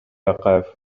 акаев